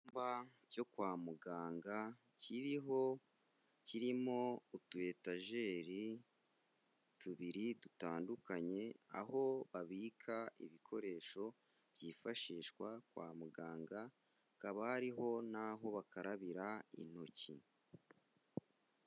Icyumba cyo kwa muganga, kiriho kirimo utu etajeri tubiri dutandukanye, aho babika ibikoresho byifashishwa kwa muganga, hakaba hariho n'aho bakarabira intoki.